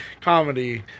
comedy